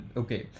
okay